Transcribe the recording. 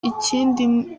ikindi